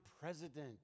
president